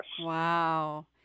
Wow